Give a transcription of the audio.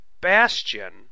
Bastion